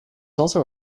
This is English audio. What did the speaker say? also